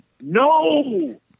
No